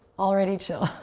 already chill.